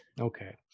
Okay